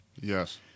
Yes